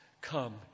come